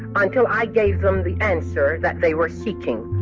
until i gave them the answer that they were seeking